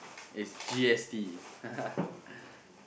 is G_S_T